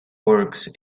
works